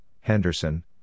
Henderson